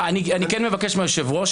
אני כן מבקש מהיושב-ראש,